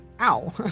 Ow